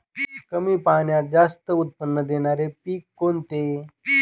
कमी पाण्यात जास्त उत्त्पन्न देणारे पीक कोणते?